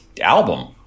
album